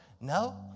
no